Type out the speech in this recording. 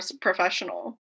professional